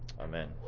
Amen